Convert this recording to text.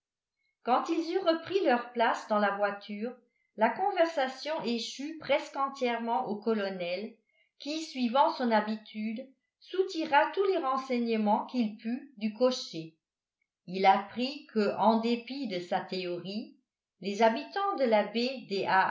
quand ils eurent repris leurs places dans la voiture la conversation échut presque entièrement au colonel qui suivant son habitude soutira tous les renseignements qu'il put du cocher il apprit que en dépit de sa théorie les habitants de la baie